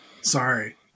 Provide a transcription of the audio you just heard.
Sorry